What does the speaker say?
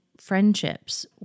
friendships